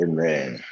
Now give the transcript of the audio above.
Amen